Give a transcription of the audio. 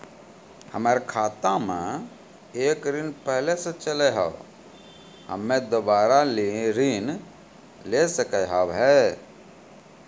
हमर खाता मे एक ऋण पहले के चले हाव हम्मे दोबारा ऋण ले सके हाव हे?